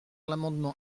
l’amendement